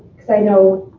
because i know